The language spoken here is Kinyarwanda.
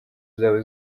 zawe